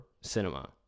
cinema